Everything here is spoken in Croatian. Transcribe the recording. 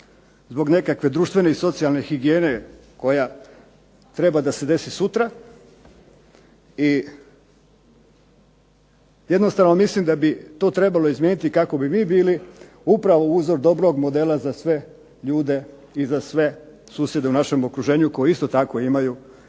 zbog nekakve društvene i socijalne higijene koja treba da se desi sutra. I jednostavno mislim da bi to trebalo izmijeniti kako bi vi bili upravo uzor dobrog modela za sve ljude i za sve susjede u našem okruženju koji isto tako imaju